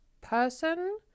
person